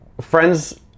friends